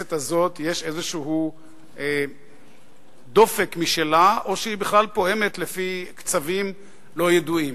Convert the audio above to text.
לכנסת הזאת יש איזה דופק משלה או שהיא בכלל פועמת לפי קצבים לא ידועים?